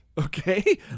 Okay